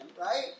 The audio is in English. right